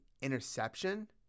interception